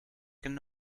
can